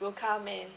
will come and